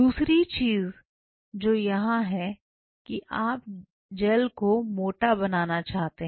दूसरी चीज जो है यह है कि आप जेल को मोटा बनाना चाहते हैं